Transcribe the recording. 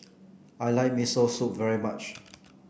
I like Miso Soup very much